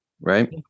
right